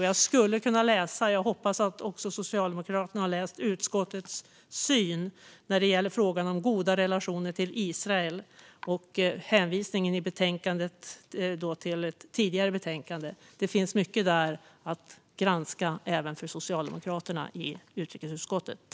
Jag skulle kunna läsa upp - och jag hoppas att också Socialdemokraterna har läst - utskottets syn när det gäller frågan om goda relationer till Israel och hänvisningen i betänkandet till ett tidigare betänkande. Det finns mycket där att granska även för Socialdemokraterna i utrikesutskottet.